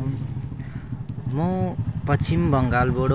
म पश्चिम बङ्गालबाट